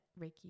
Reiki